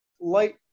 light